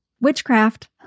witchcraft